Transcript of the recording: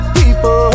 people